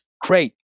great